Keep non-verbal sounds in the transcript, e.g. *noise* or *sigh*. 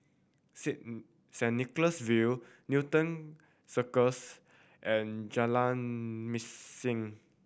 *unintelligible* Saint Nicholas View Newton Circus and Jalan Mesin